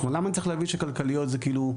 למה אני צריך להבין שכלכליות זה ככה?